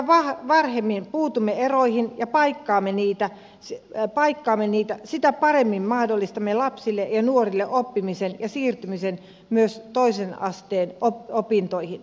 mitä varhemmin puutumme eroihin ja paikkaamme niitä sitä paremmin mahdollistamme lapsille ja nuorille oppimisen ja siirtymisen myös toisen asteen opintoihin